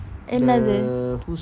என்னது:ennathu